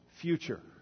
future